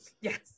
Yes